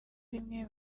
rimwe